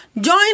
Join